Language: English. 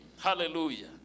Hallelujah